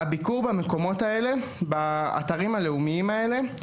הביקור באתרים הלאומיים האלה,